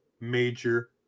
major